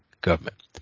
government